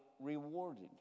rewarded